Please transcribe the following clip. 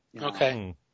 Okay